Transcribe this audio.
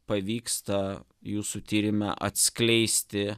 pavyksta jūsų tyrime atskleisti